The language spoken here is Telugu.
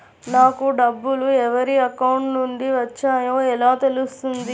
నాకు డబ్బులు ఎవరి అకౌంట్ నుండి వచ్చాయో ఎలా తెలుస్తుంది?